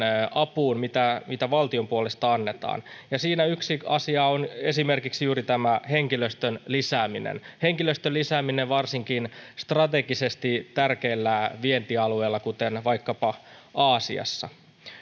apuun mitä mitä valtion puolesta annetaan suomalaisyrityksille siinä yksi asia on esimerkiksi juuri henkilöstön lisääminen henkilöstön lisääminen varsinkin strategisesti tärkeillä vientialueilla kuten vaikkapa aasiassa